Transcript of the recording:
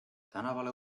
tänavale